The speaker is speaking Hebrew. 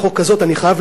אני חייב להזכיר,